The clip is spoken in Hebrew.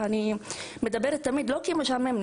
אני לא עושה את זה כי משעמם לי,